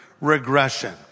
regression